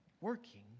working